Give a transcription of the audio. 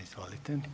Izvolite.